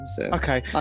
Okay